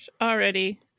Already